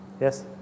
Yes